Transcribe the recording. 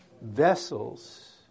vessels